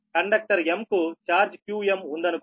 conductor m కు charge qm ఉందనుకోండి